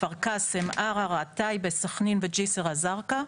בכפר קאסם, ערערה, טייבה, סח'נין וג'סר א-זרקא.